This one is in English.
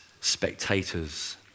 spectators